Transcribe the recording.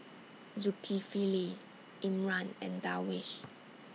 Zulkifli Imran and Darwish